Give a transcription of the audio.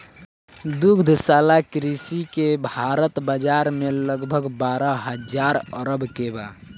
दुग्धशाला कृषि के बाजार भारत में लगभग बारह हजार अरब के बा